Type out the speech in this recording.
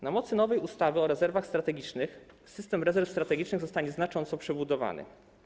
Na mocy nowej ustawy o rezerwach strategicznych system rezerw strategicznych zostanie znacząco przebudowany.